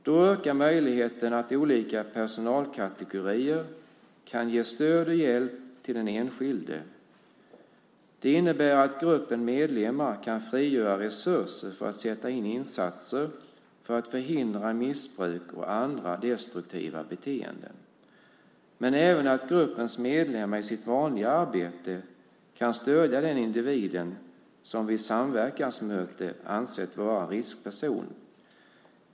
Då ökar möjligheten att olika personalkategorier kan ge stöd och hjälp till den enskilde. Det innebär att gruppens medlemmar kan frigöra resurser för att sätta in insatser för att förhindra missbruk och andra destruktiva beteenden, även att gruppens medlemmar i sitt vanliga arbete kan stödja den individ som vid samverkansmöte ansetts vara en riskperson.